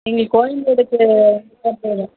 எங்களுக்கு கோயம்பேடுக்கு வந்து கொடுத்தா போதும்